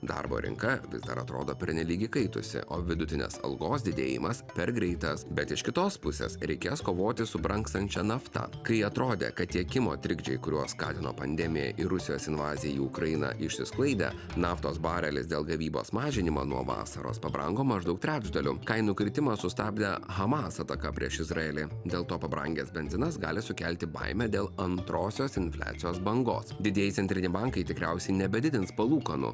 darbo rinka vis dar atrodo pernelyg įkaitusi o vidutinės algos didėjimas per greitas bet iš kitos pusės reikės kovoti su brangstančia nafta kai atrodė kad tiekimo trikdžiai kuriuos kalino pandemija ir rusijos invazija į ukrainą išsisklaidė naftos barelis dėl gavybos mažinimo nuo vasaros pabrango maždaug trečdaliu kainų kritimą sustabdė hamas ataka prieš izraelį dėl to pabrangęs benzinas gali sukelti baimę dėl antrosios infliacijos bangos didieji centriniai bankai tikriausiai nebedidins palūkanų